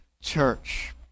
church